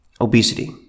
obesity